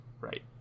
right